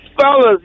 fellas